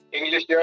English